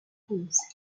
prononcée